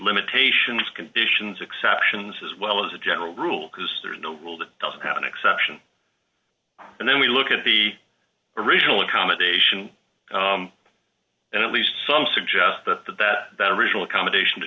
limitations conditions exceptions as well as a general rule because there is no rule that doesn't have an exception and then we look at the original accommodation and at least some suggest that that original accommodation to